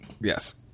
yes